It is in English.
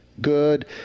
good